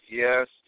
yes